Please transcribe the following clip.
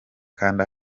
kanda